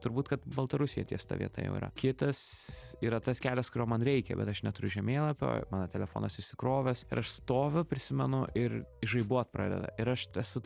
turbūt kad baltarusija ties ta vieta jau yra kitas yra tas kelias kurio man reikia bet aš neturiu žemėlapio mano telefonas išsikrovęs ir aš stoviu prisimenu ir žaibuot pradeda ir aš tesu